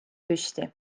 püsti